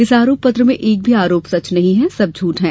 इस आरोप पत्र में एक भी आरोप सच नहीं हैं सब झूठ है